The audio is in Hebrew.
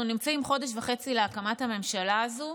אנחנו נמצאים חודש וחצי להקמת הממשלה הזו,